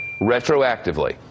retroactively